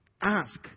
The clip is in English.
Ask